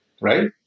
Right